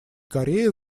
корея